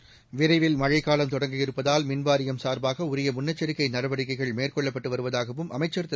seconds விரைவில் மழைக்காலம் தொடங்கவிருப்பதால் மின்வாரியம் சார்பாக உரிய முன்னெச்சரிக்கை நடவடிக்கைகள் மேற்கொள்ளப்பட்டு வருவதாகவும் அமைச்சர் திரு